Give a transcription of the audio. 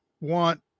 want